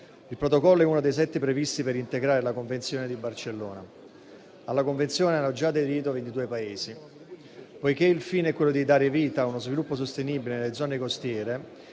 Il Protocollo è uno dei sette previsti per integrare la Convenzione di Barcellona. Alla Convenzione hanno già aderito 22 Paesi. Poiché il fine è quello di dare vita a uno sviluppo sostenibile nelle zone costiere,